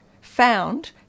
found